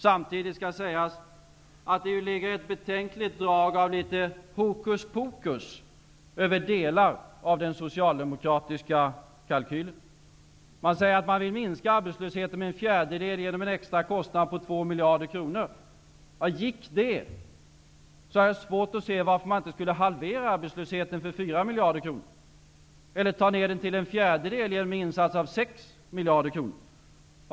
Samtidigt skall sägas att det ligger ett betänkligt drag av hokuspokus över delar av den socialdemokratiska kalkylen. Man säger att man vill minska arbetslösheten med en fjärdedel till en extra kostnad av ca 2 miljarder kronor. Om det går, har jag svårt att se varför man inte skulle kunna halvera den för 4 miljarder kronor eller ta ner den till en fjärdedel med en insats på 6 miljarder kronor.